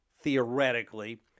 theoretically